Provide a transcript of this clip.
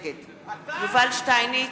נגד יובל שטייניץ,